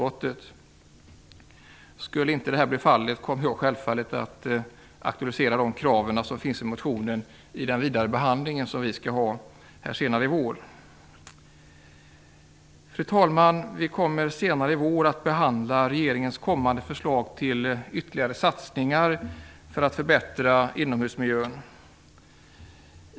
Om så inte blir fallet kommer jag självfallet att aktualisera de krav som finns i motionen i den vidare behandlingen av frågan i vår. Fru talman! Vi kommer senare i vår att behandla regeringens kommande förslag till ytterligare satsningar för att förbättra inomhusmiljön.